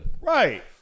Right